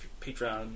Patreon